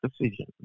decision